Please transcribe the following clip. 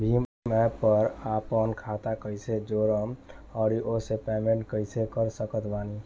Bhim app पर आपन खाता के कईसे जोड़म आउर ओसे पेमेंट कईसे कर सकत बानी?